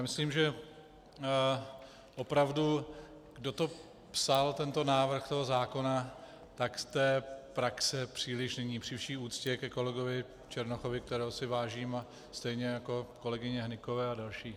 Myslím, že opravdu ten, kdo psal tento návrh zákona, z té praxe příliš není, při vší úctě ke kolegovi Černochovi, kterého si vážím, stejně jako kolegyně Hnykové a dalších.